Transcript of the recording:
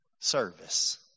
service